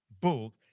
book